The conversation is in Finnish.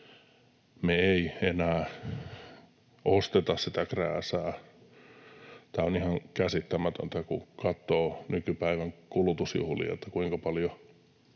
me ei enää osteta sitä krääsää. Tämä on ihan käsittämätöntä, kun katsoo nykypäivän kulutusjuhlia, että kuinka paljon